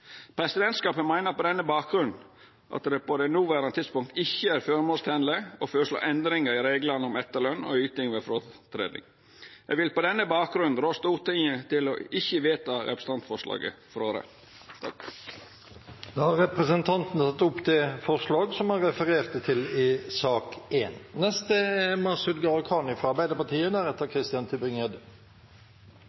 Presidentskapet meiner på denne bakgrunnen at det på det noverande tidspunktet ikkje er føremålstenleg å føreslå endringar i reglane om etterløn og yting ved fråtreding. Eg vil på denne bakgrunnen rå Stortinget til ikkje å vedta representantforslaget frå Raudt. Andre visepresident Nils T. Bjørke har tatt opp det forslaget han refererte. Først takk til Nils T. Bjørke for en ryddig gjennomgang. Stortinget er